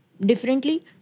differently